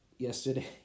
yesterday